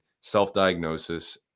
self-diagnosis